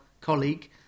colleague